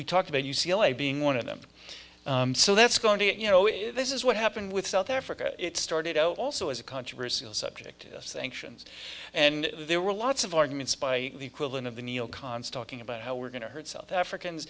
we talked about u c l a being one of them so that's going to you know this is what happened with south africa it started out also as a controversy subject sanctions and there were lots of arguments by the equivalent of the neo cons talking about how we're going to hurt south africans